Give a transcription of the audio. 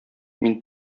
мин